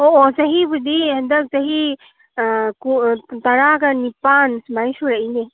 ꯑꯣ ꯑꯣ ꯆꯍꯤꯕꯨꯗꯤ ꯍꯟꯗꯛ ꯆꯍꯤ ꯇꯔꯥꯒ ꯅꯤꯄꯥꯜ ꯁꯨꯃꯥꯏꯅ ꯁꯨꯔꯛꯏꯅꯦ